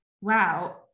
wow